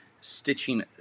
stitching